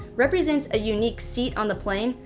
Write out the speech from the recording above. represents a unique seat on the plane,